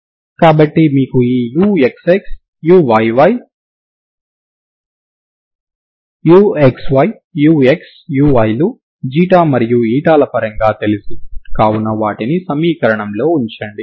కాబట్టి మీకు ఈ uxxuxyuyyuxuy లు మరియు ల పరంగా తెలుసు కావున వాటిని సమీకరణంలో ఉంచండి